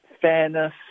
fairness